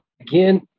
again